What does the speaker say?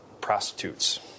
Prostitutes